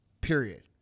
period